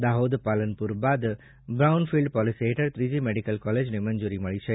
દાહોદ પાલનપુર બાદ brown field policy હેઠળ ત્રીજી મેડિકલ કોલેજને મંજૂરી મળી છે